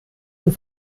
und